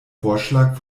vorschlag